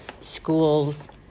schools